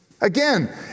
Again